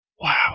Wow